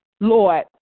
Lord